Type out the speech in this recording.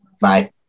Bye